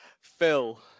Phil